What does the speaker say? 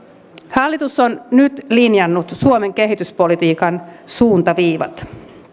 hallitus on nyt linjannut suomen kehityspolitiikan suuntaviivat